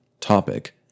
Topic